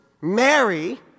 Mary